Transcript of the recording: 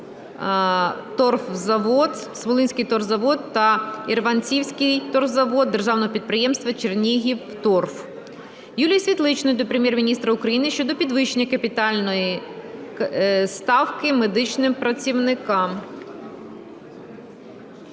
"Смолинський торфозавод" та "Ірванцівський торфозавод" Державного підприємства "Чернігівторф". Юлії Світличної до Прем'єр-міністра України щодо підвищення капітальної ставки медичним працівникам.